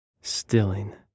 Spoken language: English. stilling